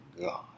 God